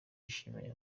yashimiye